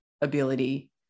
ability